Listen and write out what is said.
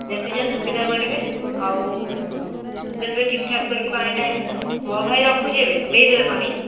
ଯେମିତି ଯାହା ସୁବିଧା କରିବେ ଆଉ ଦେବେ ଠିକ୍ ଠାକ୍ କରିକି ପାଣି ଟାଇମ୍ରେ ଆଉ ହଉ ଭାଇ ରଖୁଛି ଏବେ ଦେଇଦେବେ ପାଣି